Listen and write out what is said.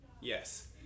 yes